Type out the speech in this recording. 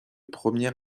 premier